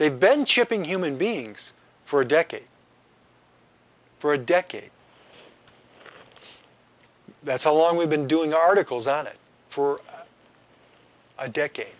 they've ben chipping human beings for a decade for a decade that's a long we've been doing articles on it for a decade